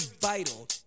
vital